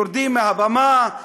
יורדים מהבמה,